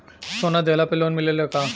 सोना दिहला पर लोन मिलेला का?